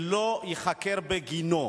שלא ייחקר בגינו.